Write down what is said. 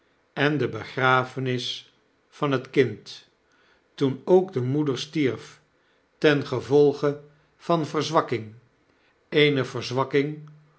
en de begrafenis van het kind toen ook de moeder stierf ten gevolge van verzwakking eene verzwakking